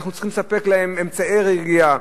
אנחנו צריכים לספק להם אמצעי רגיעה,